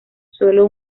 solo